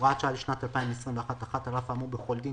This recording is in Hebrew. הוראת שעה לשנת 2021 1. על אף האמור בכל דין,